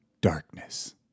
darkness